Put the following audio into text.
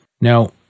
Now-